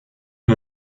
wir